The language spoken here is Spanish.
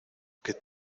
que